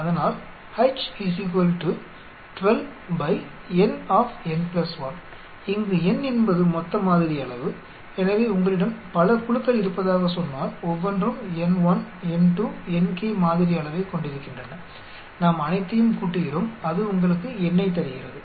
அதனால் இங்கு N என்பது மொத்த மாதிரி அளவு எனவே உங்களிடம் பல குழுக்கள் இருப்பதாக சொன்னால் ஒவ்வொன்றும் n1 n2 nk மாதிரி அளவைக்கொண்டிருக்கின்றன நாம் அனைத்தையும் கூட்டுகிறோம் அது உங்களுக்கு Nயைத் தருகிறது